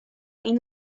این